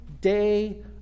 day